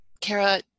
Kara